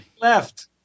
left